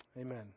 Amen